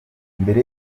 mbere